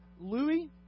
Louis